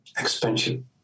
expansion